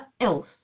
else